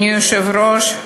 אדוני היושב-ראש,